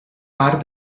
part